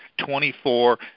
24